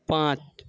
পাঁট